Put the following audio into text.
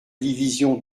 division